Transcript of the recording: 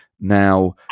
Now